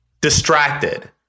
distracted